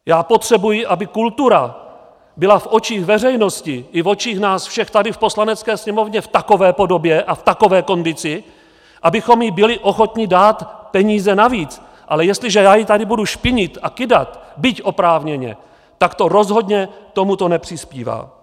Já potřebuji, aby kultura byla v očích veřejnosti i v očích nás všech tady v Poslanecké sněmovně v takové podobě a v takové kondici, abychom jí byli ochotni dát peníze navíc, ale jestliže já ji tady budu špinit a kydat, byť oprávněně, tak to rozhodně k tomuto nepřispívá.